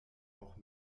auch